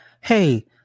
hey